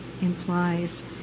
implies